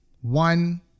One